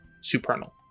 supernal